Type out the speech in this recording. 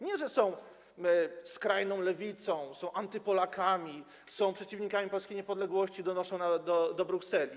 Nie że są skrajną lewicą, są anty-Polakami, są przeciwnikami polskiej niepodległości, donoszą do Brukseli.